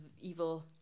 evil